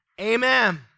Amen